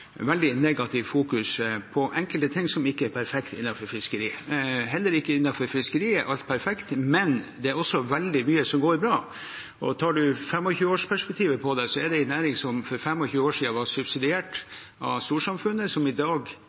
veldig negativ fokusering på enkelte ting som ikke er perfekt innenfor fiskeri. Heller ikke innenfor fiskeri er alt perfekt, men det er også veldig mye som går bra. Og tar en 25-årsperspektivet på det, er det en næring som for 25 år siden var subsidiert av storsamfunnet, som i dag